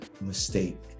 mistake